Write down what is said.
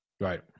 Right